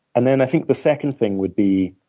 and then i think the second thing would be